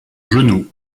genou